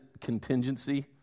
contingency